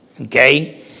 Okay